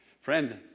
Friend